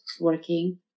working